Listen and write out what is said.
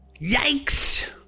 yikes